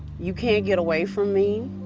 you can't get away from me.